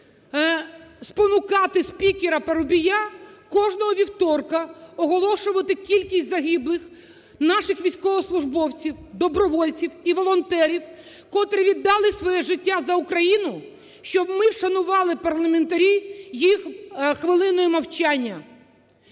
спонукати спікера Парубія кожного вівторка оголошувати кількість загиблих наших військовослужбовців, добровольців і волонтерів, котрі віддали своє життя за Україну, щоб ми вшанували, парламентарі, їх хвилиною мовчання.